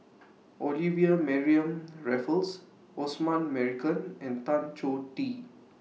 Olivia Mariamne Raffles Osman Merican and Tan Choh Tee